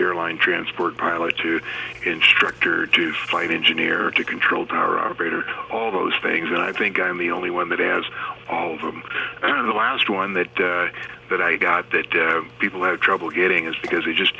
airline transport pilot to instructor to flight engineer to control tower operator all those things and i think i'm the only one that has all of them the last one that that i got that people have trouble getting is because they just